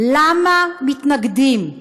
למה מתנגדים?